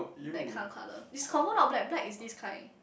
that kind of colour it's confirm not black black is this kind